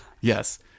Yes